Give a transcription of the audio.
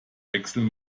wechseln